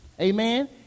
amen